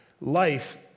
life